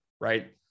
right